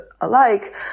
alike